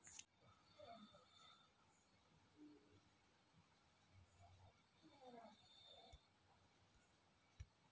ನಮ್ಮ ಹೊಲದಾಗ ಕೆಲಸ ಮಾಡಾರು ಕೆಲವೊಂದಪ್ಪ ಬ್ಯಾರೆ ಊರಿನೋರಾಗಿರುತಾರ ಕೆಲವರು ಬ್ಯಾರೆ ಕಡೆಲಾಸಿ ಬಂದು ಇಲ್ಲಿ ಕೆಲಸ ಮಾಡಿಕೆಂಡಿರ್ತಾರ